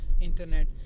internet